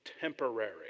temporary